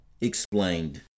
Explained